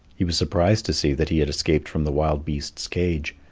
he was surprised to see that he had escaped from the wild beasts' cage,